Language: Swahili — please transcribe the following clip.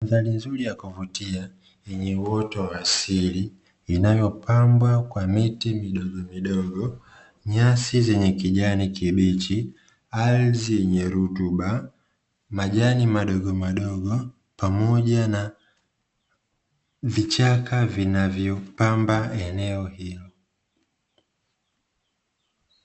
Mandhari nzuri ya kuvutia yenye outo wa asili, inayopambwa kwa miti midogomidogo nyasi zenye kijani kibichi, ardhi yenye rutuba, majani madogomadogo pamoja na vichaka vinavyo pamba eneo hilo